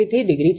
63° છે